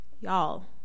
Y'all